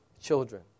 children